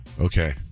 Okay